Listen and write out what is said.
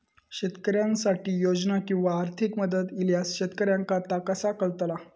शेतकऱ्यांसाठी योजना किंवा आर्थिक मदत इल्यास शेतकऱ्यांका ता कसा कळतला?